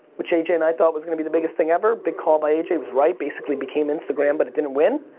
which aj and i thought was gonna be the biggest thing every, big call by aj was right. basically became instagram, but it didn't win.